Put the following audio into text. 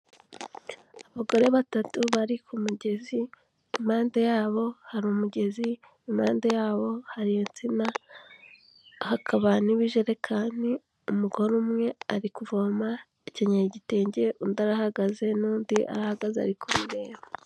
Abagore batatu bari ku mugezi impande yabo hari umugezi, impande yabo hari insina hakaba n'ibijerekani, umugore umwe ari kuvoma akenyeye igitenge, undi arahagaze n'undi aho ahagaze ari kumureba.